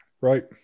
Right